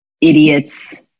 idiots